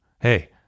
Hey